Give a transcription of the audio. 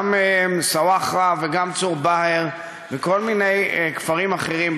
גם סוואחרה וגם צור-באהר וכל מיני כפרים אחרים,